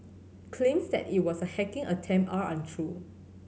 claims that it was a hacking attempt are untrue